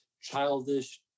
childish